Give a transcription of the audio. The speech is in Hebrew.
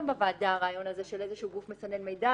בוועדה הרעיון הזה של גוף מסנן מידע,